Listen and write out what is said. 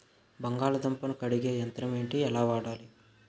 బంగాళదుంప ను కడిగే యంత్రం ఏంటి? ఎలా వాడాలి?